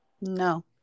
No